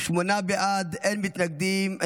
שמונה בעד, אין מתנגדים.